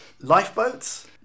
lifeboats